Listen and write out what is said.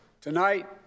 Tonight